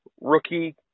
rookie